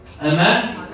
Amen